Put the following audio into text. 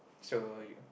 so you